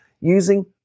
using